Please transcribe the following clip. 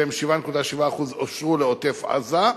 שהם 7.7%, אושרו לעוטף-עזה,